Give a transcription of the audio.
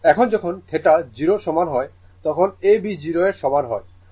এখন যখন θ 0 এর সমান হয় তখন A B 0 এর সমান হয়